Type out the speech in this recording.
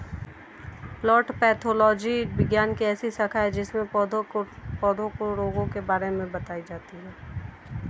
plant pathology विज्ञान की ऐसी शाखा है जिसमें पौधों के रोगों के बारे में पढ़ाई की जाती है